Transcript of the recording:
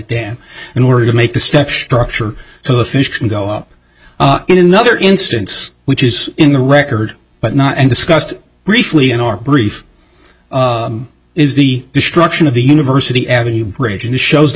dam in order to make the step truck sure so the fish can go up in another instance which is in the record but not and discussed briefly in our brief is the destruction of the university avenue bridge and shows the